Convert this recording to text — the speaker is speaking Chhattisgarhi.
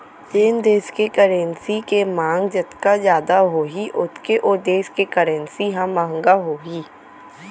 जेन देस के करेंसी के मांग जतका जादा होही ओतके ओ देस के करेंसी ह महंगा होही